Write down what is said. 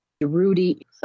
Rudy